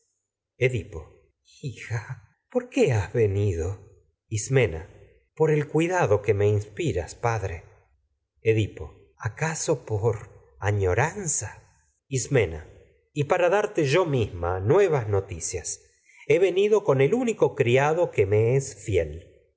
hija por qué has venido por el isilfena edipo cuidado que me inspiras padre acaso y por añoranza yo ismena he venido para darte misma me nuevas noticias con el único dos criado que es fiel